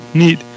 neat